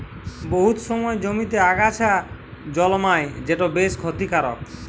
বহুত সময় জমিতে আগাছা জল্মায় যেট বেশ খ্যতিকারক